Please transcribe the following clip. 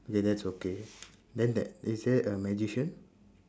that's okay then there is there a magician